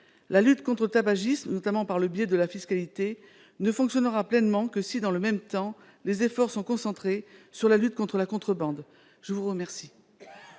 La lutte contre le tabagisme, notamment par le biais de la fiscalité, ne fonctionnera pleinement que si, dans le même temps, les efforts sont concentrés sur la lutte contre la contrebande. Quel